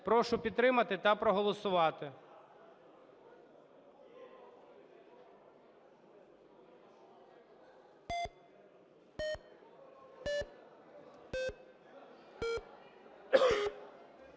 Прошу підтримати та проголосувати.